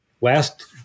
last